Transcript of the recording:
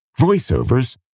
voiceovers